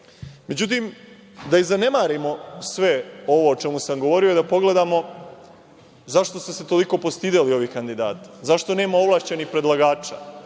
gledanja.Međutim, da i zanemarimo sve ovo o čemu sam govorio, da pogledamo zašto ste se toliko postideli ovih kandidata, zašto nema ovlašćenih predlagača,